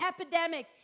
epidemic